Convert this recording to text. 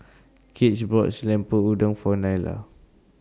Gage bought Lemper Udang For Nyla